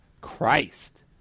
Christ